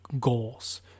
goals